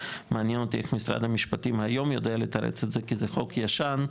ומעניין אותי איך היום משרד המשפטים יודע לתרץ את זה כי זה חוק ישן,